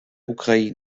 ukraine